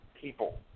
people